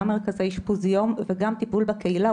גם מרכזי אשפוז יום וגם טיפול בקהילה,